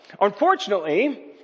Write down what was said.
Unfortunately